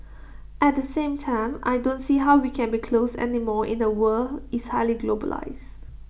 at the same time I don't see how we can be closed anymore in A world is highly globalised